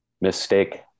mistake